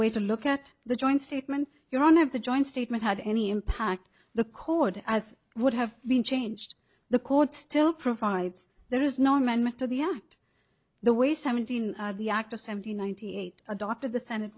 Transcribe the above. way to look at the joint statement your honor of the joint statement had any impact the code as would have been changed the court still provides there is no amendment to the act the way seventeen the act of seventy ninety eight adopted the senate